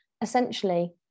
essentially